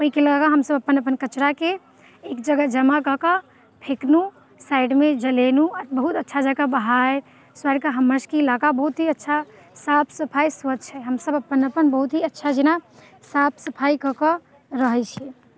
एहिके लऽक ऽ हमसब अपन अपन कचरा के एक जगह जमा कऽ के फेकलहुँ साइडमे जलेलहुँ आ बहुत अच्छा जकाँ बहारि सुहारिके हमर सबके इलाका बहुत ही अच्छा साफ सफाइ स्वच्छ अइ हमसब अपन अपन बहुत ही अच्छा जेना साफ सफाइ कऽ कऽ रहैत छियै